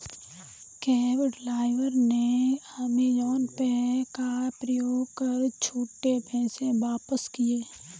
cab driver ने Amazon Pay का प्रयोग कर छुट्टे पैसे वापस किए